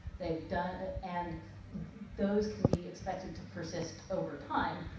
they've done it. and those can be expected to persist over time.